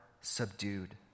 subdued